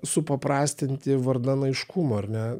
supaprastinti vardan aiškumo ar ne